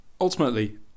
Ultimately